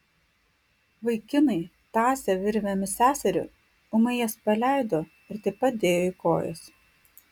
vaikinai tąsę virvėmis seserį ūmai jas paleido ir taip pat dėjo į kojas